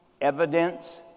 evidence